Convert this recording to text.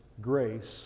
grace